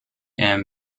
ian